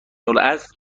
الاصل